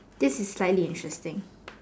this is slightly interesting